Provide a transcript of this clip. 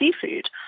seafood